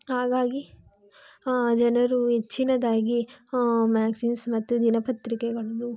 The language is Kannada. ಹಾಗಾಗಿ ಜನರು ಹೆಚ್ಚಿನದಾಗಿ ಹಾಂ ಮ್ಯಾಗ್ಝಿನ್ಸ್ ಮತ್ತು ದಿನಪತ್ರಿಕೆಗಳನ್ನು